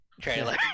trailer